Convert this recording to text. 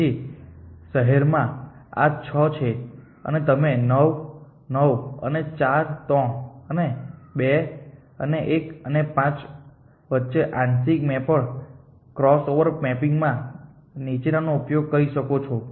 તેથી શહેરોમાં આ 6 છે અને તમે 9 9 અને 43 અને 2 અને 1 અને 5 વચ્ચે આંશિક મેપ્ડ ક્રોસઓવર મેપિંગમાં નીચેનાનો ઉપયોગ કરી શકો છો